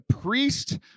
priest